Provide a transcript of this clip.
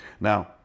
Now